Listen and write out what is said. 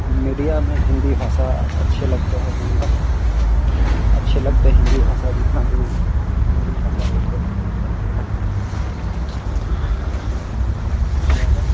media में हिन्दी भाषा अच्छी लगती है बोलने में अच्छी लगती हिन्दी भाषा जितना भी हिन्दी भाषा बोलते हैं बहुत अच्छी लगती है हिन्दी भाषा बोलना ज़्यादा